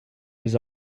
his